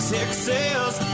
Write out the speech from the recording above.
Texas